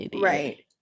right